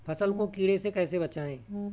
फसल को कीड़े से कैसे बचाएँ?